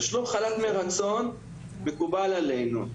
תשלום חל"ת מרצון מקובל עלינו,